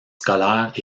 scolaires